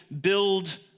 build